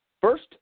first